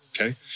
Okay